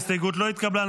ההסתייגות לא התקבלה.